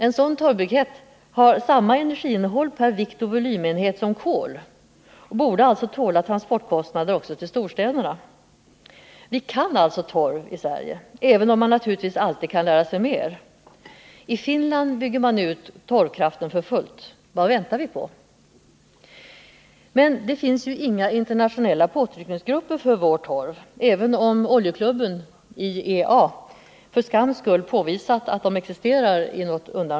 En sådan torvbrikett har samma energiinnehåll per vikt och volymenhet som kol och borde alltså tåla kostnaderna för transport till storstäderna. Vi kan alltså torv i Sverige, även om man naturligtvis alltid kan lära sig mer. I Finland bygger man ut torvkraften för fullt. Vad väntar vi på? Men det finns inga internationella påtryckningsgrupper när det gäller vår torv, även om oljeklubben i någon undanskymd PM för skams skull påvisat att den existerar.